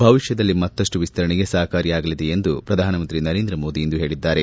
ಭವಿಷ್ಠದಲ್ಲಿ ಮತ್ತಷ್ಟು ವಿಸ್ತರಣೆಗೆ ಸಹಕಾರಿಯಾಗಲಿದೆ ಎಂದು ಪ್ರಧಾನಮಂತ್ರಿ ನರೇಂದ್ರ ಮೋದಿ ಇಂದು ಹೇಳಿದ್ದಾರೆ